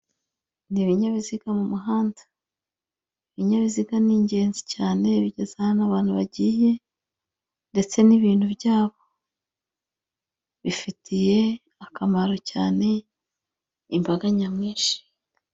Ni ibinyabiziga mu muhanda, ibinyabiziga ni ingenzi cyane bigeze ahantu abantu bagiye, ndetse n'ibintu byabo, bifitiye akamaro cyane imbaga nyamwinshi.